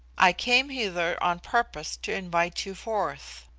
i came hither on purpose to invite you forth.